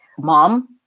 mom